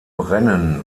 rennen